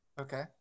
Okay